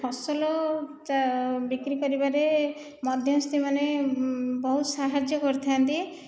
ଫସଲ ବିକ୍ରି କରିବାରେ ମଧ୍ୟସ୍ଥିମାନେ ବହୁତ ସାହାଯ୍ୟ କରିଥାନ୍ତି